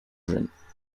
jeunes